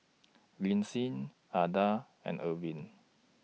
Lynsey Adah and Arvel